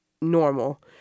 normal